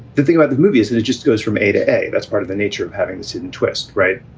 the thing about the movie is that it just goes from a to a. that's part of the nature of having to sit and twist. right.